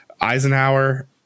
Eisenhower